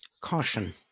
caution